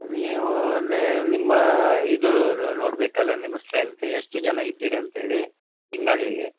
ನೀವು ಅಂದರೆ ನಿಮ್ಮ ಇದು ನೋಡಬೇಕಲ್ಲ ನಿಮ್ಮ ಸ್ಟ್ರೆಂತ್ ಎಷ್ಟು ಜನ ಇದ್ದೀರಿ ಅಂತೇಳಿ ತಿಂಗಳಿಗೆ